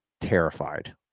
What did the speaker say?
terrified